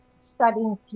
studying